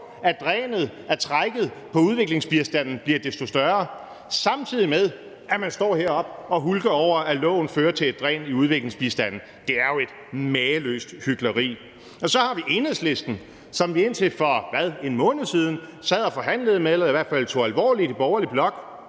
at drænet, trækket på udviklingsbistanden bliver desto større, samtidig med at man står heroppe og hulker over, at loven fører til et dræn i udviklingsbistanden. Det er jo et mageløst hykleri. Så har vi Enhedslisten, som vi indtil for en måned siden sad og forhandlede med eller i hvert fald tog alvorligt i den borgerlige blok,